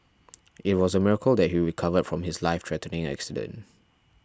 it was a miracle that he recovered from his lifethreatening accident